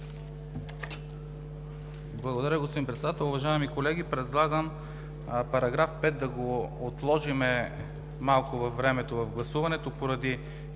Благодаря, господин Председател. Уважаеми колеги, предлагам § 5 да го отложим малко във времето в гласуването поради